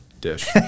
dish